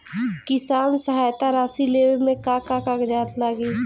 किसान सहायता राशि लेवे में का का कागजात लागी?